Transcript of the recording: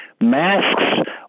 Masks